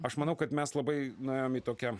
aš manau kad mes labai nuėjom į tokią